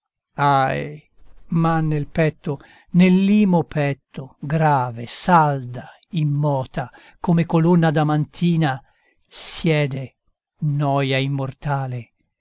ahi ma nel petto nell'imo petto grave salda immota come colonna adamantina siede noia immortale